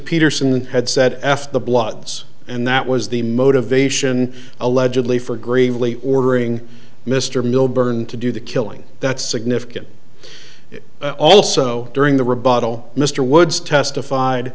peterson had said f the bloods and that was the motivation allegedly for gravely ordering mr milburn to do the killing that significant also during the rebuttal mr woods testified